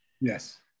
Yes